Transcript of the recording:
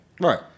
Right